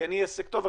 כי אני עסק טוב,